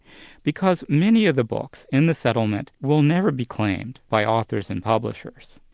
because many of the books in the settlement will never be claimed by authors and publishers.